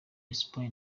espagne